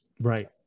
Right